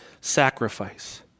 sacrifice